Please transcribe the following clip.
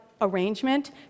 arrangement